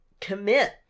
commit